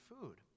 food